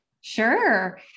Sure